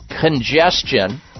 congestion